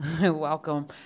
Welcome